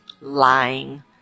lying